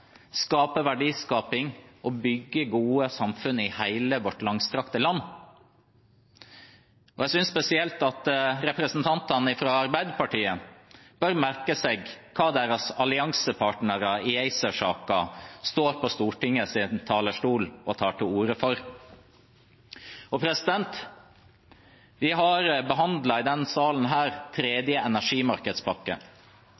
skape verdier og bygge gode samfunn i hele vårt langstrakte land. Jeg synes spesielt at representantene fra Arbeiderpartiet bør merke seg hva deres alliansepartnere i ACER-saken står på Stortingets talerstol og tar til orde for. Vi har i denne salen